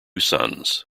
sons